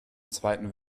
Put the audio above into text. zweiten